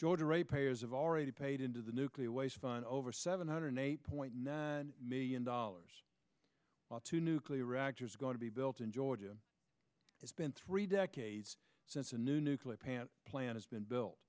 georgia ratepayers have already paid into the nuclear waste fund over seven hundred eight point nine million dollars to nuclear reactors going to be built in georgia it's been three decades since a new nuclear plant plan has been built